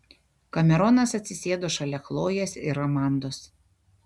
kameronas atsisėdo šalia chlojės ir amandos